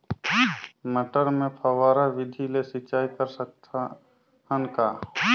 मटर मे फव्वारा विधि ले सिंचाई कर सकत हन का?